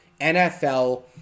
NFL